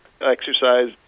exercise